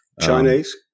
Chinese